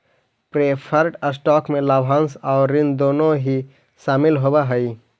preferred stock में लाभांश आउ ऋण दोनों ही शामिल होवऽ हई